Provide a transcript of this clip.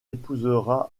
épousera